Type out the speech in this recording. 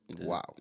Wow